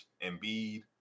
Embiid